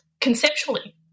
conceptually